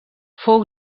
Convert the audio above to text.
fou